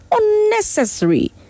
Unnecessary